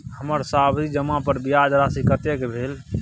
हमर सावधि जमा पर ब्याज राशि कतेक भेल?